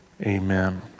amen